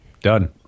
Done